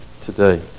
today